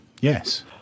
Yes